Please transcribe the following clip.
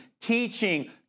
teaching